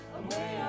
away